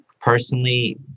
personally